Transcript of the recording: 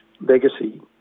Legacy